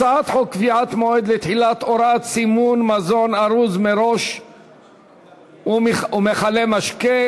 הצעת חוק קביעת מועד לתחילת הוראת סימון מזון ארוז מראש ומכלי משקה,